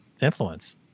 influence